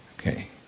Okay